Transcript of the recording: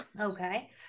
Okay